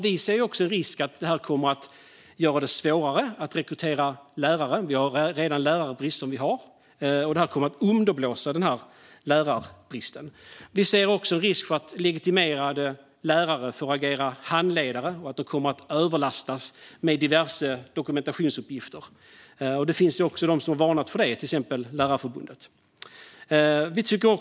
Vi ser en risk att det kommer att göra det svårare att rekrytera lärare. Vi har redan nu en lärarbrist. Detta kommer att underblåsa den lärarbristen. Vi ser också en risk för att legitimerade lärare får agera handledare och kommer att överlastas med diverse dokumentationsuppgifter. Det finns också de som varnat för det, till exempel Lärarförbundet.